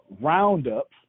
Roundup